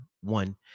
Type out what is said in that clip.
one